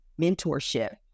mentorship